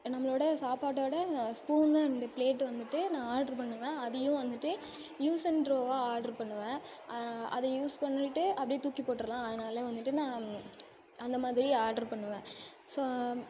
நம்மளோட சாப்பாட்டோடு ஸ்பூன்னு அண்டு பிளேட் வந்துட்டு நான் ஆட்ரு பண்ணுவேன் அதையும் வந்துட்டு யூஸ் அண்ட் த்ரோவாக ஆட்ரு பண்ணுவேன் அதை யூஸ் பண்ணிவிட்டு அப்படியே தூக்கிப்போட்டுருலாம் அதனால வந்துட்டு நான் அந்தமாதிரி ஆட்ரு பண்ணுவேன் ஸோ